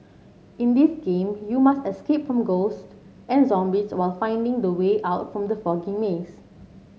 in this game you must escape from ghosts and zombies while finding the way out from the foggy maze